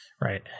right